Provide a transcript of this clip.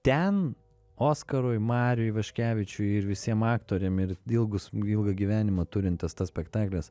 ten oskarui mariui ivaškevičiui ir visiem aktoriam ir ilgus ilgą gyvenimą turintis tas spektaklis